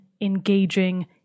engaging